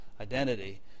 identity